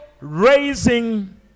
raising